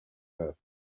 earth